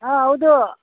ಆಂ ಹೌದು